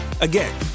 Again